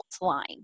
line